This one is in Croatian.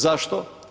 Zašto?